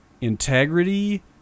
integrity